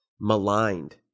maligned